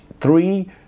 Three